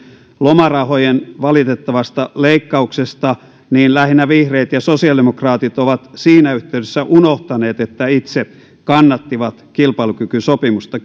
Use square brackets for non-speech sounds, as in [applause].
lomarahojen valitettavasta leikkauksesta niin lähinnä vihreät ja sosiaalidemokraatit ovat siinä yhteydessä unohtaneet että itse kannattivat kilpailukykysopimusta [unintelligible]